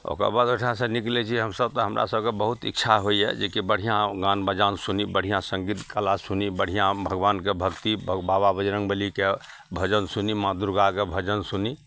ओकरबाद ओहिठामसे निकलै छिए हमसभ तऽ हमरा सभकेँ बहुत इच्छा होइए जेकि बढ़िआँ गान बजान सुनी बढ़िआँ सङ्गीत कला सुनी बढ़िआँ भगवानके भक्ति बाबा बजरङ्गबलीके भजन सुनी माँ दुरगाके भजन सुनी